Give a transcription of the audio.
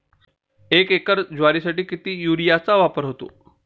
एक एकर ज्वारीसाठी किती युरियाचा वापर होतो?